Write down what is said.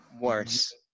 worse